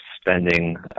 spending